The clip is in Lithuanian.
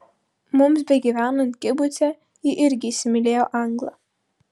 mums begyvenant kibuce ji irgi įsimylėjo anglą